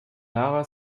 lara